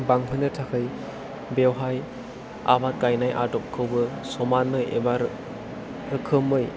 बांहोनो थाखाय बेयावहाय आबाद गायनाय आदबखौबो समानै एबा रोखोमै